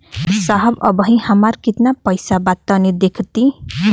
साहब अबहीं हमार कितना पइसा बा तनि देखति?